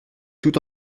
toute